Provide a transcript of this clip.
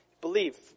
believe